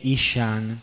Ishan